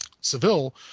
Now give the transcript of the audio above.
Seville